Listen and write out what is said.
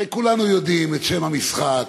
הרי כולנו יודעים את שם המשחק.